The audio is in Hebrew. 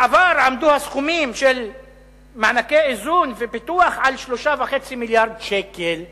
בעבר עמדו הסכומים של מענקי האיזון והפיתוח על 3.5 מיליארדי שקל בשנה.